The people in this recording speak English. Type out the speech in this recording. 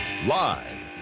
Live